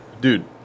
Dude